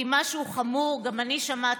כי גם אני שמעתי,